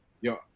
Yo